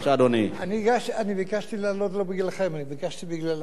אני ביקשתי לעלות לא בגללכם, אלא ביקשתי בגללם.